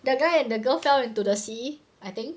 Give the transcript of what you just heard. the guy and the girl fell into the sea I think